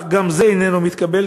אך גם זה איננו מתקבל,